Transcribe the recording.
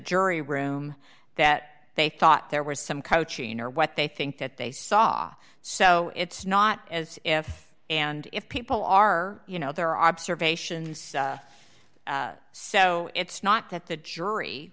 jury room that they thought there was some coaching or what they think that they saw so it's not as if and if people are you know their observations so it's not that the jury